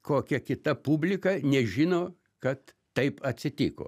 kokia kita publika nežino kad taip atsitiko